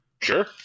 sure